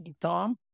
Tom